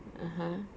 (uh huh)